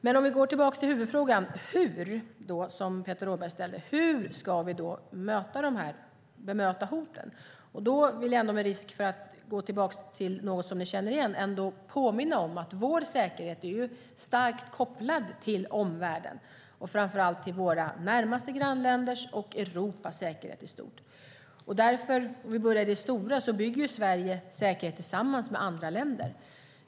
Men för att gå tillbaka till huvudfrågan om hur, som Peter Rådberg ställer: Hur ska vi då möta hoten? Med risk för att gå tillbaka till något som vi känner igen vill jag påminna om att vår säkerhet är starkt kopplad till omvärlden och framför allt till våra närmaste grannländers och Europas säkerhet i stort. Om vi börjar i det stora: Sverige bygger säkerhet tillsammans med andra länder.